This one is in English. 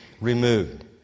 removed